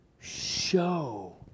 show